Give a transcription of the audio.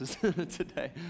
today